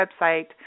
website